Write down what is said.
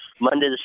Monday